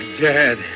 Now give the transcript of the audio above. Dad